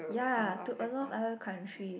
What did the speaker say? ya to a lot of other countries